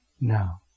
now